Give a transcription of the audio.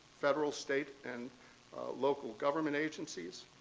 federal, state, and local government agencies,